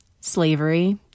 Slavery